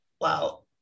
Wow